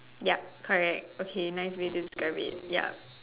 ya correct okay nice way to describe it ya